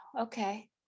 Okay